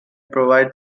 provide